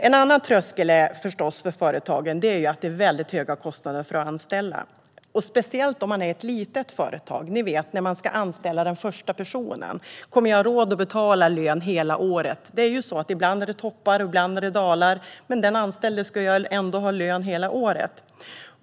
En annan tröskel för företagen är förstås att kostnaderna för att anställa är väldigt höga. Det gäller speciellt små företag. När man ska anställa den första personen funderar man på om man kommer att ha råd att betala lön hela året. Ibland är det toppar, och ibland är det dalar. Men den anställde ska ändå ha lön hela året.